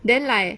then like